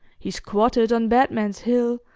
he squatted on batman's hill,